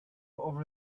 over